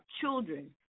children